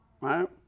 right